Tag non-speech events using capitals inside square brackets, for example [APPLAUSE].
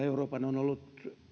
[UNINTELLIGIBLE] euroopan on ollut